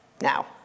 Now